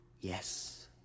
Yes